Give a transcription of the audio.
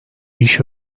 i̇ş